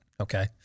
okay